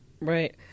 Right